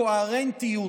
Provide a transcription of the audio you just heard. הקוהרנטיות